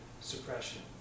suppression